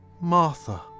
Martha